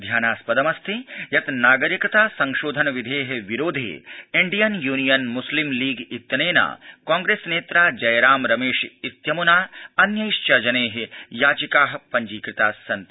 ध्येयमस्ति यत् नागरिकता संशोधन विधे विरोधे इण्डियन यूनियन मुस्लिम लीग इत्यनेन कांग्रेसनेत्रा जयराम रमेशेत्यमुना अन्यैश्च जनै याचिका पब्जीकृतास्सन्ति